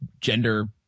gender